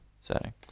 setting